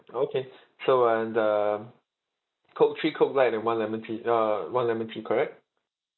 okay so and um coke three coke light and one lemon tea uh one lemon tea correct